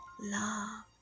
love